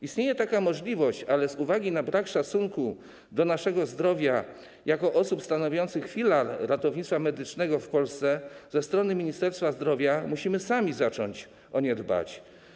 Istnieje taka możliwość, ale z uwagi na brak szacunku do naszego zdrowia jako osób stanowiących filar ratownictwa medycznego w Polsce ze strony Ministerstwa Zdrowia musimy sami zacząć o nie dbać.